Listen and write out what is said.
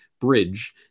bridge